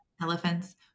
elephants